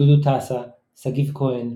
דודו טסה, סגיב כהן,